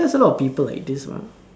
that's a lot of people like this mah